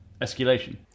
escalation